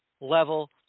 level